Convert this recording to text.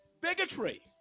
Bigotry